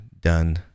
done